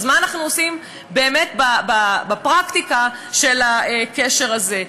אז מה אנחנו עושים בפרקטיקה של הקשר הזה?